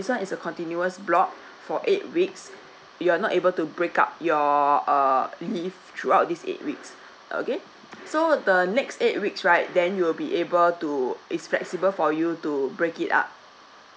this one is a continuous block for eight weeks you're not able to break up your err leave throughout this eight weeks okay so the next eight weeks right then you will be able to it's flexible for you to break it up